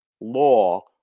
law